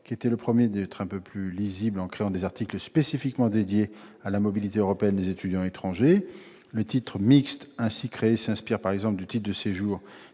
aboutir à un dispositif un peu plus lisible en créant des articles spécifiquement dédiés à la mobilité européenne des étudiants étrangers. Le titre mixte ainsi créé s'inspire, par exemple, du titre de séjour